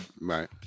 Right